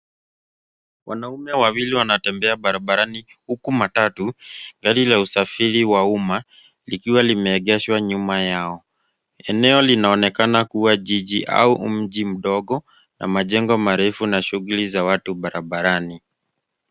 Wanaume wawili wanatembea barabarani huku matatu, gari la usafiri wa umma likiwa limeegshwa nyuma yao. Eneo linaonekana kuwa jiji au mji mdogo na majengo marefu na shughuli za watu barabarani.